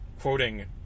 quoting